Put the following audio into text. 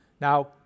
now